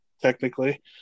technically